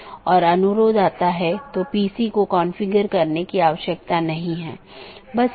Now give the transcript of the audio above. एक और बात यह है कि यह एक टाइपो है मतलब यहाँ यह अधिसूचना होनी चाहिए